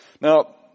Now